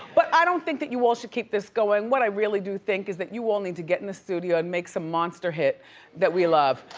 but i don't think that you all should keep this going. what i really do think is that you all need to get in the studio and make some monster hit that we love.